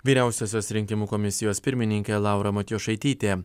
vyriausiosios rinkimų komisijos pirmininkė laura matjošaitytė